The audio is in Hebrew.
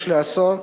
יש איסור,